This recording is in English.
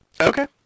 Okay